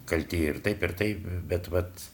kalti ir taip ir taip bet vat